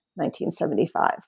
1975